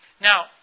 Now